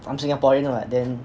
I'm singaporean what then